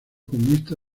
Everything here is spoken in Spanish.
comunista